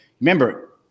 remember